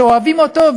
שאוהבים אותו,